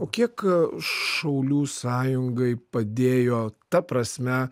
o kiek šaulių sąjungai padėjo ta prasme